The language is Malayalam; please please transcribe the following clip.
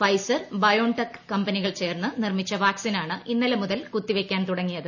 ഫൈസർ ബയോൺടെക് കമ്പനികൾ ചേർന്ന് നിർമ്മിച്ച വാക്സിനാണ് ഇന്നലെ മുതൽ കുത്തിവയ്ക്കാൻ തുടങ്ങിയത്